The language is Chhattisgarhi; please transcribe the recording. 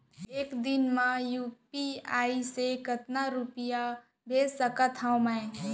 एक दिन म यू.पी.आई से कतना रुपिया भेज सकत हो मैं?